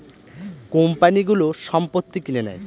কোম্পানিগুলো সম্পত্তি কিনে নেয়